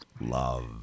love